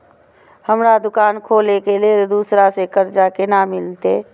हमरा दुकान खोले के लेल दूसरा से कर्जा केना मिलते?